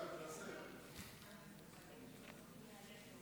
(תשלום עבור נסיעה בתחבורה ציבורית בכרטיס אשראי),